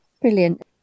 brilliant